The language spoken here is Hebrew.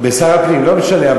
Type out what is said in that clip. שר הפנים, לא משנה.